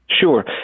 Sure